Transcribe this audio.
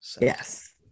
Yes